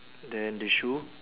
then the shoe